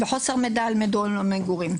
וחוסר מידע על מקום המגורים.